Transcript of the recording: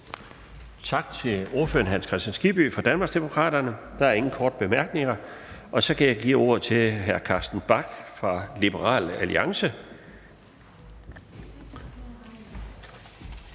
Tak til ordføreren, hr. Hans Kristian Skibby fra Danmarksdemokraterne. Der er ingen korte bemærkninger. Så kan jeg give ordet til hr. Carsten Bach fra Liberal Alliance.